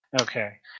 okay